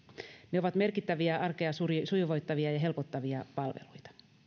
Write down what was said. ne ovat merkittäviä arkea sujuvoittavia ja helpottavia palveluita